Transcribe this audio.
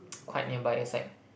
quite nearby inside